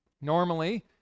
normally